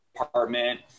apartment